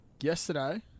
Yesterday